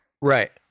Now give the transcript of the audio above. Right